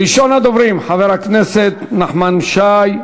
ראשון הדוברים, חבר הכנסת נחמן שי.